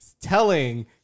telling